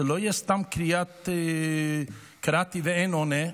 זו לא תהיה סתם קריאת "קראתי ואין עונה",